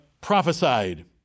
prophesied